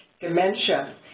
dementia